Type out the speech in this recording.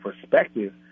perspective